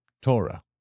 Torah